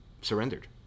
surrendered